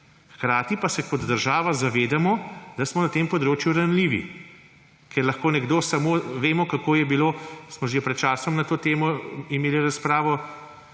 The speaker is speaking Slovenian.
hkrati pa se kot država zavedamo, da smo na tem področju ranljivi, ker lahko nekdo samo … Vemo, kako je bilo, smo že pred časom na to temo imeli razpravo,